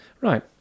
Right